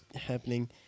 happening